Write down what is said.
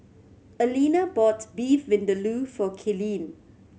Alena bought Beef Vindaloo for Kaylene